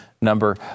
number